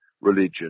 religion